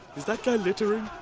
is that guy littering?